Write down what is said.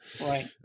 Right